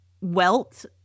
welt